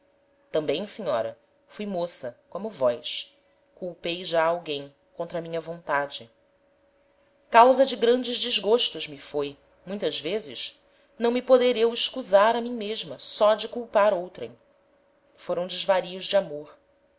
tambem senhora fui moça como vós culpei já alguem contra minha vontade causa de grandes desgostos me foi muitas vezes não me poder eu escusar a mim mesma só de culpar outrem foram desvarios de amor